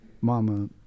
Mama